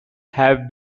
have